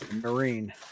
Marine